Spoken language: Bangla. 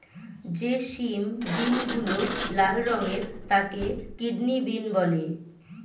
যে সিম বিনগুলো লাল রঙের তাকে কিডনি বিন বলে